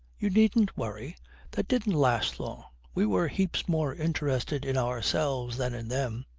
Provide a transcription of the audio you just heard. you needn't worry that didn't last long we were heaps more interested in ourselves than in them.